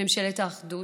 ממשלת האחדות,